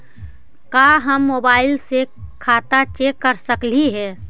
का हम मोबाईल से खाता चेक कर सकली हे?